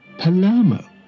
Palermo